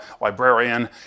librarian